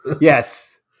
Yes